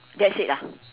that's it ah